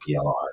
PLR